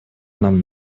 нам